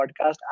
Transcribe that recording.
podcast